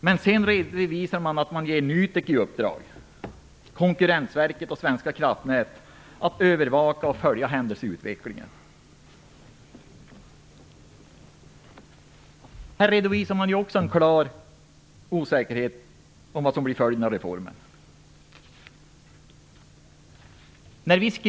Men sedan redovisas att NUTEK, Konkurrensverket och Svenska kraftnät får i uppdrag att övervaka och följa händelseutvecklingen. Här redovisas ju också en klar osäkerhet om följderna av reformen.